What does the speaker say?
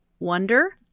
wonder